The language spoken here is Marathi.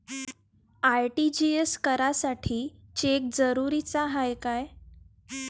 आर.टी.जी.एस करासाठी चेक जरुरीचा हाय काय?